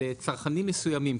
לצרכנים מסוימים.